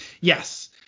Yes